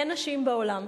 אין נשים בעולם.